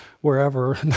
wherever